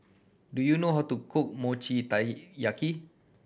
do you know how to cook Mochi Taiyaki